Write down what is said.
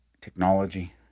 technology